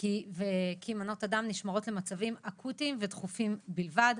כי מנות הדם נשמרות במצבים אקוטיים ודחופים בלבד.